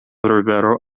rivero